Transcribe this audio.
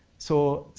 so,